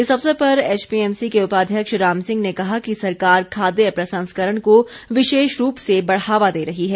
इस अवसर पर एचपीएमसी के उपाध्यक्ष राम सिंह ने कहा कि सरकार खाद्य प्रसंस्करण को विशेष रूप से बढ़ावा दे रही है